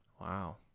Wow